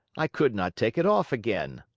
i could not take it off again.